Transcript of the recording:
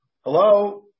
Hello